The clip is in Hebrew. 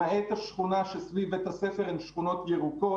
למעט השכונה שסביב בית הספר, הן שכונות ירוקות.